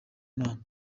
imana